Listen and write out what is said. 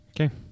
Okay